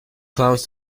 clowns